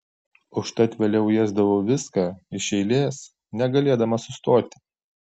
užtat vėliau ėsdavau viską iš eilės negalėdama sustoti